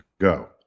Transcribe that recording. go